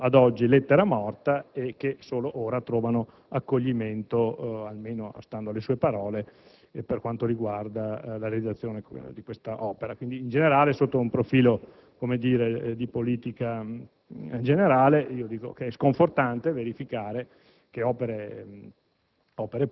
fino ad oggi lettera morta e che solo ora trovano accoglimento, almeno stando alle sue parole, per quanto riguarda la realizzazione di questo intervento. Quindi, sotto un profilo di politica generale, è sconfortante verificare che opere